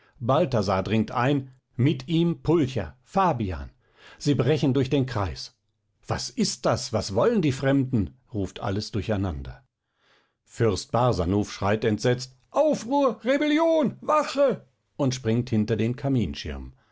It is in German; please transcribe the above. balthasar dringt ein mit ihm pulcher fabian sie brechen durch den kreis was ist das was wollen die fremden ruft alles durcheinander fürst barsanuph schreit entsetzt aufruhr rebellion wache und springt hinter den kaminschirm